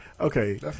Okay